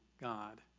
God